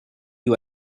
you